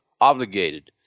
obligated